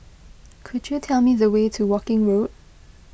could you tell me the way to Woking Road